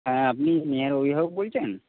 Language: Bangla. হ্যাঁ আপনি নেহার অভিভাবক বলছেন